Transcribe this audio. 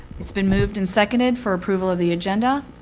it's been moved and seconded for approval of the agenda.